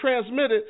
transmitted